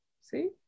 see